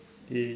A